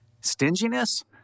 stinginess